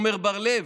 עמר בר לב.